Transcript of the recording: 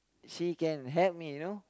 she can help me you know